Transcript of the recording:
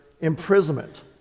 imprisonment